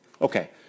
Okay